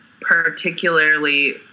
particularly